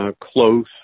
Close